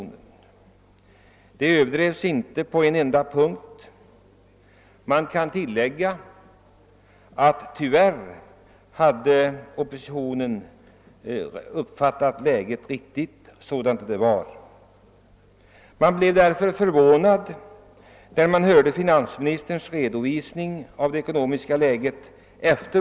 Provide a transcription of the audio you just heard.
Svårigheterna överdrevs inte på någon enda punkt. Tyvärr hade oppositionen uppfattat läget riktigt. Man blev därför förvånad när man efter valet hörde finansministerns redovisning av det ekonomiska läget.